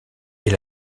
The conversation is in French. est